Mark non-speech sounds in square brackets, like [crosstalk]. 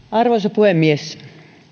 [unintelligible] arvoisa puhemies